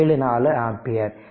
74 ampere